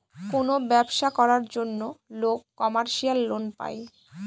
কোনো ব্যবসা করার জন্য লোক কমার্শিয়াল লোন পায়